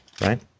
right